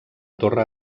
torre